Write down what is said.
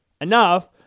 enough